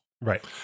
Right